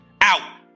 out